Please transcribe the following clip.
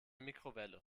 mikrowelle